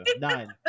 Nine